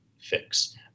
fix